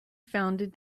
founded